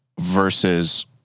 versus